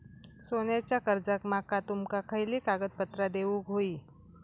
सोन्याच्या कर्जाक माका तुमका खयली कागदपत्रा देऊक व्हयी?